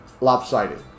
lopsided